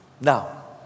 Now